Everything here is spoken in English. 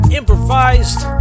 improvised